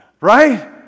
Right